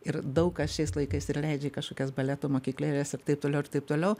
ir daug kas šiais laikais ir leidžia į kašokias baleto mokyklėlės ir taip toliau ir taip toliau